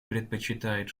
предпочитает